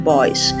Boys